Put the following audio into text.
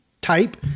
type